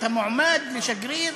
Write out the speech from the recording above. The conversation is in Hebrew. את המועמד לשגריר,